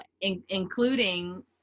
including